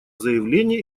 заявление